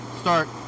start